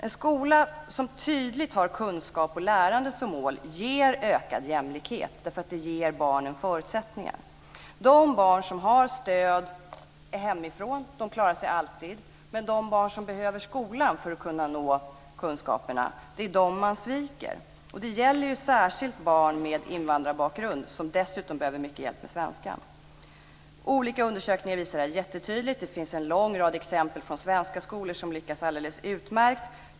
En skola som tydligt har kunskap och lärande som mål ger ökad jämlikhet därför att det ger barnen förutsättningar. De barn som har stöd hemifrån klarar sig alltid, men de barn som behöver skolan för att nå kunskaperna sviks. Det gäller särskilt barn med invandrarbakgrund som dessutom behöver mycket hjälp med svenskan. Olika undersökningar visar detta jättetydligt. Det finns en lång rad exempel från svenska skolor som lyckas alldeles utmärkt.